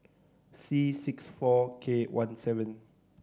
C six four K one seven